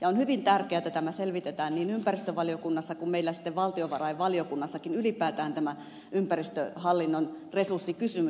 on hyvin tärkeää että tämä selvitetään niin ympäristövaliokunnassa kuin meillä valtiovarainvaliokunnassakin ylipäätään tämä ympäristöhallinnon resurssikysymys